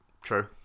True